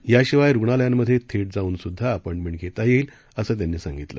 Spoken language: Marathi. याशिवाय रुग्णालयांमध्ये थेट जाऊन सुद्धा अपॉडिमेंट घेता येईल असं त्यांनी सांगितलं